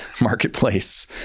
marketplace